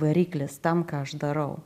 variklis tam ką aš darau